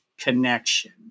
connection